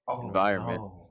environment